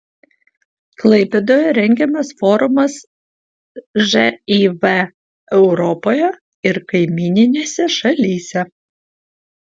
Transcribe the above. klaipėdoje rengiamas forumas živ europoje ir kaimyninėse šalyse